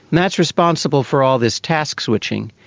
that's responsible for all this task switching.